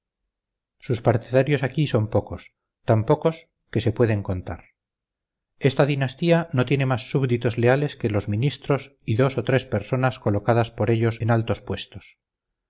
sus partidarios aquí son pocos tan pocos que se pueden contar esta dinastía no tiene más súbditos leales que los ministros y dos o tres personas colocadas por ellos en altos puestos